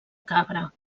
cabra